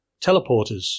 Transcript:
teleporters